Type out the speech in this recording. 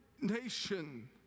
nation